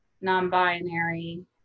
non-binary